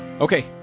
Okay